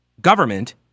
government